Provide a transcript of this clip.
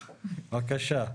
בבקשה.